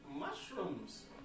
Mushrooms